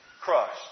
Crushed